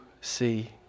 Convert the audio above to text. see